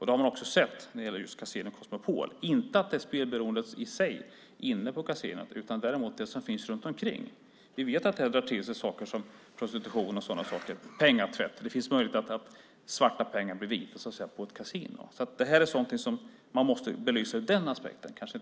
Det har man också sett när det gäller just Casino Cosmopol. Det gäller inte spelberoendet i sig inne på kasinot men däremot det som finns runt omkring. Vi vet att detta drar till sig saker som prostitution, penningtvätt och så vidare. Det finns möjligheter att göra svarta pengar vita på ett kasino. Detta är något som man måste belysa ur den aspekten.